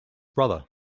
brother